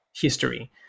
history